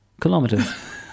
kilometers